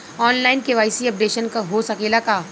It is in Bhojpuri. आन लाइन के.वाइ.सी अपडेशन हो सकेला का?